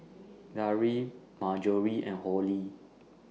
Darry Marjory and Holly